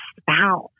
spouse